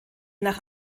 nach